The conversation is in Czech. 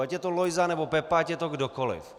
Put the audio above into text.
Ať je to Lojza, nebo Pepa, ať je to kdokoliv.